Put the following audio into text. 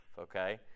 Okay